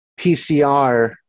PCR